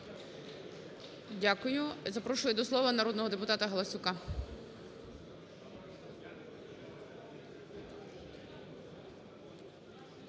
Дякую. Запрошую до слова народного депутата Бондаря.